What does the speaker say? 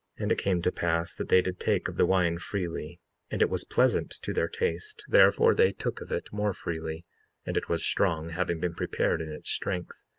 and it came to pass that they did take of the wine freely and it was pleasant to their taste, therefore they took of it more freely and it was strong, having been prepared in its strength.